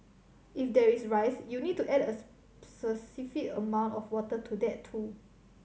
if there is rice you'll need to add a specific amount of water to that too